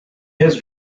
has